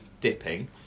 dipping